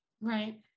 right